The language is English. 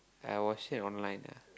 I watch it online ah